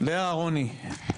לאה אהרוני.